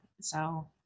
So-